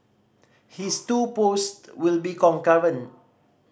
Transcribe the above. his two post will be concurrent